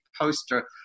poster